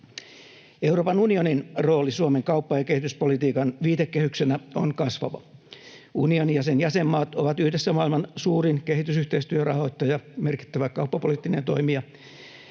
Euroopan unionin rooli Suomen kauppa- ja kehityspolitiikan viitekehyksenä on kasvava. Unioni ja sen jäsenmaat ovat yhdessä maailman suurin kehitysyhteistyörahoittaja, merkittävä kauppapoliittinen toimija,